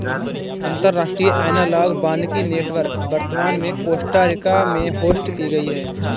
अंतर्राष्ट्रीय एनालॉग वानिकी नेटवर्क वर्तमान में कोस्टा रिका में होस्ट की गयी है